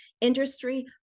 Industry